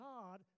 God